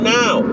now